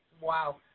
Wow